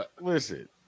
Listen